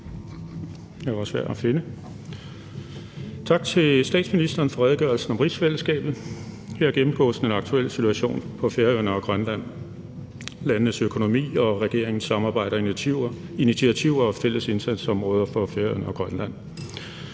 Tak til statsministeren for redegørelsen om rigsfællesskabet. Her gennemgås den aktuelle situation på Færøerne og Grønland, landenes økonomi, regeringens samarbejder og initiativer og fælles indsatsområder for Færøerne og Grønland.